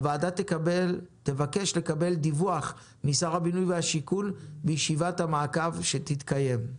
הוועדה תבקש לקבל דיווח משר הבינוי והשיכון בישיבת המעקב שתתקיים.